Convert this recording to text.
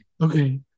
Okay